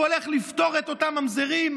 שהוא הולך לפתור את אותם ממזרים?